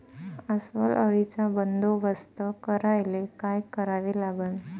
अस्वल अळीचा बंदोबस्त करायले काय करावे लागन?